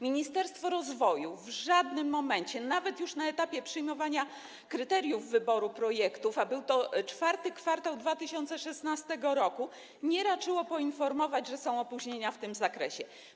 Ministerstwo rozwoju w żadnym momencie, nawet już na etapie przyjmowania kryteriów wyboru projektów, a był to IV kwartał 2016 r., nie raczyło poinformować, że są opóźnienia w tym zakresie.